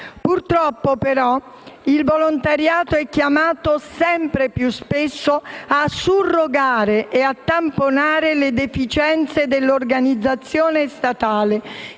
Purtroppo però il volontariato è chiamato sempre più spesso a surrogare e a tamponare le deficienze dell'organizzazione statale,